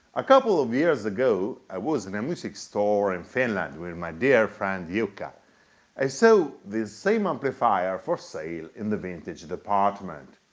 a couple of years ago i was in a music store in finland with my dear friend jukka i saw so this same amplifier for sale in the vintage department.